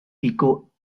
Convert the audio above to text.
pico